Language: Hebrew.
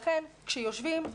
לכן לא